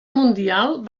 mundial